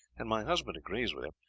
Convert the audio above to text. and my husband agrees with him,